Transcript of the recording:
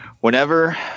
whenever